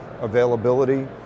availability